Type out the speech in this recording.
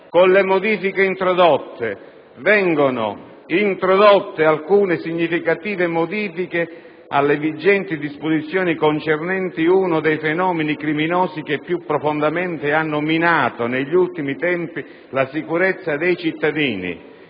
ed *e)* dell'articolo 1 vengono introdotte alcune significative modifiche alle vigenti disposizioni concernenti uno dei fenomeni criminosi che più profondamente hanno minato, negli ultimi tempi, la sicurezza dei cittadini.